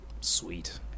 Sweet